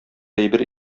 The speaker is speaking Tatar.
әйбер